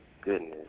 goodness